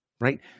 Right